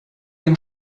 dem